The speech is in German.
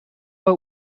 war